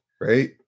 right